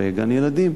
בגן-ילדים,